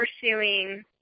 pursuing